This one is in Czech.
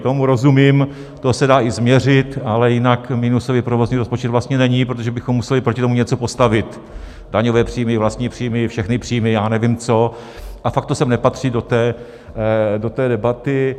Tomu rozumím, to se dá i změřit, ale jinak minusový provozní rozpočet vlastně není, protože bychom museli proti tomu něco postavit daňové příjmy, vlastní příjmy, všechny příjmy, já nevím co, a fakt to sem nepatří do té debaty.